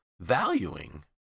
valuing